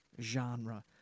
genre